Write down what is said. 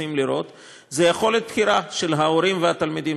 רוצים לראות זה יכולת בחירה של ההורים והתלמידים.